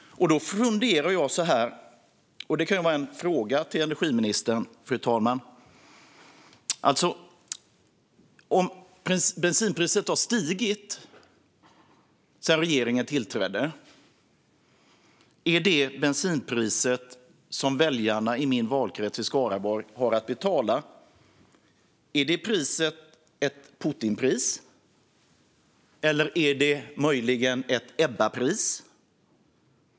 Då funderar jag så här, och det kan ju vara en fråga till energiministern: Om bensinpriset har stigit sedan regeringen tillträdde, är det bensinpris som väljarna i min valkrets Skaraborg har att betala ett Putinpris eller möjligen ett Ebbapris?